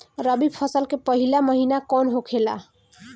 रबी फसल के पहिला महिना कौन होखे ला?